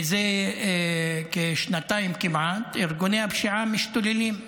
מזה כשנתיים כמעט ארגוני הפשיעה משתוללים.